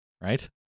right